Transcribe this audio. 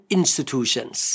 institutions